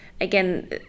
again